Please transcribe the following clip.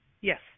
Yes